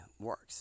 works